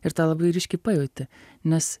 ir tą labai ryškiai pajauti nes